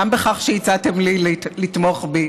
גם בכך שהצעתם לתמוך בי